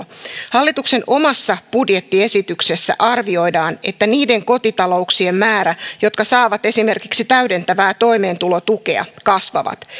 hallituksen omassa budjettiesityksessä arvioidaan että niiden kotitalouksien määrä jotka saavat esimerkiksi täydentävää toimeentulotukea kasvaa